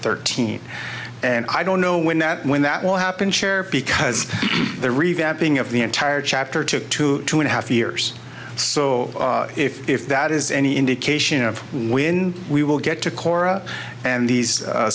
thirteen and i don't know when that when that will happen chair because the revamping of the entire chapter took two two and a half years so if that is any indication of when we will get to korah and these